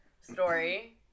story